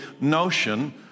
notion